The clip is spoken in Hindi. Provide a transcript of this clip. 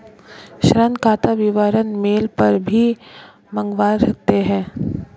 ऋण खाता विवरण मेल पर भी मंगवा सकते है